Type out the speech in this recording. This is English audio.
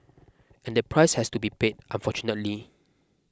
and the price has to be paid unfortunately